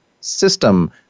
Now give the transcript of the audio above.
system